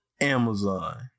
Amazon